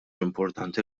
importanti